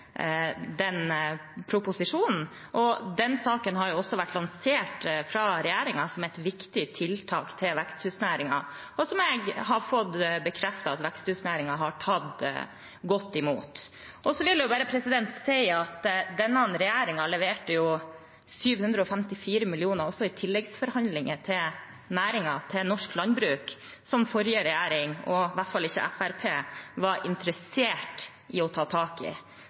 den proposisjonen. Den saken har også vært lansert fra regjeringen som et viktig tiltak for veksthusnæringen, og jeg har fått bekreftet at veksthusnæringen har tatt godt imot den. Så vil jeg si at denne regjeringen leverte 754 mill. kr til norsk landbruk i tilleggsforhandlingene med næringen. Dette var ikke den forrige regjeringen – og iallfall ikke Fremskrittspartiet – interessert i å ta tak i.